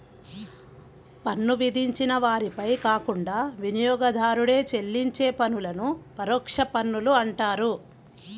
పన్ను విధించిన వారిపై కాకుండా వినియోగదారుడే చెల్లించే పన్నులను పరోక్ష పన్నులు అంటారు